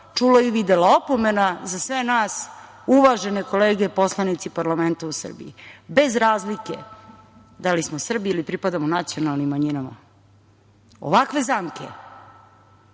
čula i videla. Opomena za sve nas, uvažene kolege poslanici u parlamentu u Srbiji, bez razlike da li smo Srbi ili pripadamo nacionalnim manjinama, ovakve zamke